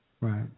Right